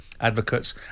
advocates